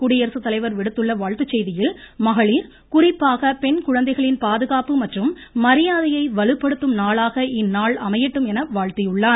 குடியரசுத்தலைவர் விடுத்துள்ள வாழ்த்துச் செய்தியில் மகளிர் குறிப்பாக பெண் குழந்தைகளின் பாதுகாப்பு மற்றும் மரியாதையை வலுப்படுத்தும் நாளாக இந்நாள் அமையட்டும் என வாழ்த்தியுள்ளார்